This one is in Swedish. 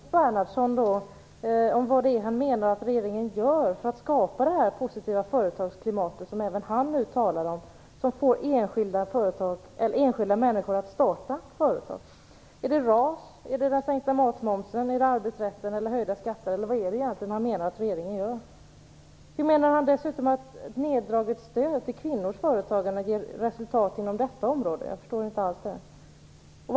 Fru talman! Jag skulle vilja fråga Bo Bernhardsson vad det är han menar att regeringen gör för att skapa det positiva företagsklimat som även han nu talar om, som får enskilda människor att starta företag. Är det RAS, är det den sänkta matmomsen, är det arbetsrätten, är det höjda skatter eller vad menar han att regeringen gör? Hur menar han dessutom att neddraget stöd till kvinnors företagande ger resultat inom detta område? Jag förstår inte alls det.